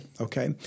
Okay